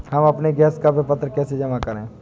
हम अपने गैस का विपत्र कैसे जमा करें?